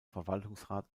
verwaltungsrat